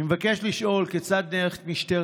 אני מבקש לשאול: 1. כיצד נערכת משטרת